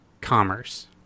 commerce